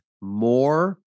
more